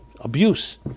Abuse